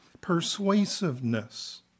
persuasiveness